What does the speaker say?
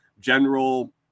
general